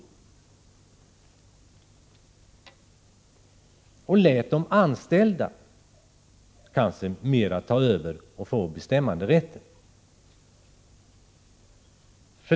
Man kunde låta de anställda ta över mer och få större bestämmanderätt.